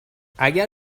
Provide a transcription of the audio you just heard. اگر